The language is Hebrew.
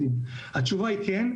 התשובה היא כן,